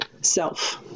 self